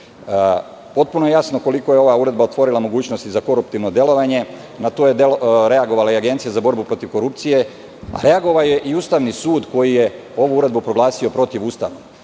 je jasno koliko je ova uredba otvorila mogućnosti za koruptivno delovanje. Na to je reagovala i Agencija za borbu protiv korupcije, a reagovao je i Ustavni sud, koji je ovu uredbu proglasio protivustavnom.